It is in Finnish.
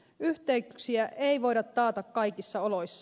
yhteyksiä ei voida taata kaikissa oloissa